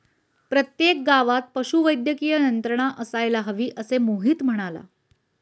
प्रत्येक गावात पशुवैद्यकीय यंत्रणा असायला हवी, असे मोहित म्हणाला